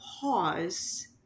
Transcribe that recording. pause